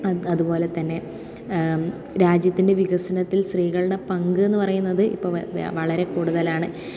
അതുപോലെ തന്നെ രാജ്യത്തിൻ്റെ വികസനത്തിൽ സ്ത്രീകളുടെ പങ്ക് എന്ന് പറയുന്നത് ഇപ്പോൾ വളരെ കൂടുതലാണ്